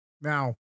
Now